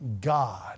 God